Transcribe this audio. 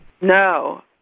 No